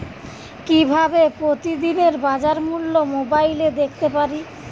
কিভাবে প্রতিদিনের বাজার মূল্য মোবাইলে দেখতে পারি?